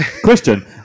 Question